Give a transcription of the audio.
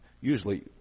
usually